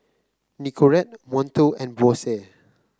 Nicorette Monto and Bose